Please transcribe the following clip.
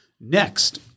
next